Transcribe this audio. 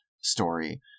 story